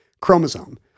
chromosome